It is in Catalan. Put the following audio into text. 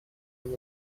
amb